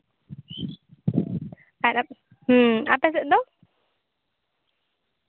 ᱟᱨ ᱟᱯᱮ ᱥᱮᱫ ᱫᱚ